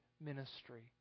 ministry